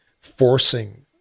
forcing